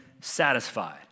satisfied